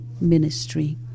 ministry